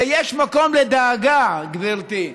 ויש מקום לדאגה, גברתי.